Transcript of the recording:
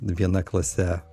viena klase